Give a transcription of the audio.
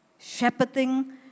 shepherding